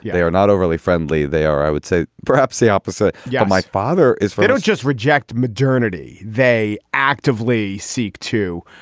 yeah they are not overly friendly. they are i would say perhaps the opposite of yeah my father is you don't just reject modernity. they actively seek to,